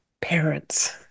parents